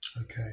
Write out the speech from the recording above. Okay